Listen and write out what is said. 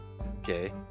Okay